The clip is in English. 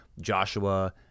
Joshua